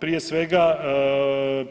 Prije svega